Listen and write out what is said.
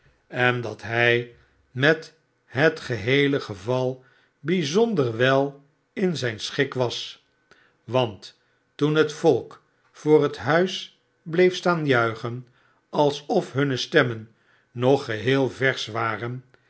en dat hij met het geheele geval bijzonder wel in zijn schik was want toen het volk voor het huis bleef staan juichen alsof hunne stemmen nog geheel versch waxen